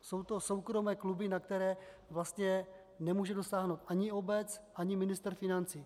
Jsou to soukromé kluby, na které nemůže dosáhnou ani obec ani ministr financí.